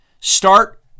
Start